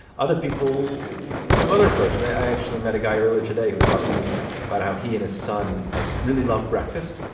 other people yeah have other approaches. i actually met a guy earlier today who was talking to me about how he and his son, like, really love breakfast.